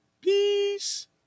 Peace